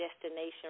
destination